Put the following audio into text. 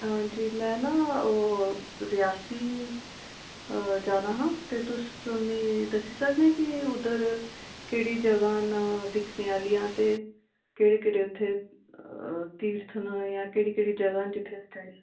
हां जी में ना ओह् रियासी जाना हा ते तुस मी दस्सी सकने कि उद्धर केह्ड़ी जगह न दिक्खने आह्लियां ते केहड़े केहड़े उत्थे तीर्थ न जां केह्ड़ी केह्ड़ी जगह न जित्थे अस जाई सकनें